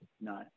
no